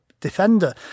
defender